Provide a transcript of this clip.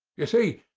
ye see,